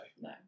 No